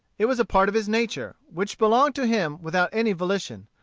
it was a part of his nature, which belonged to him without any volition,